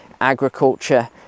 agriculture